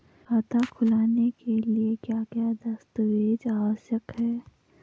खाता खोलने के लिए क्या क्या दस्तावेज़ आवश्यक हैं?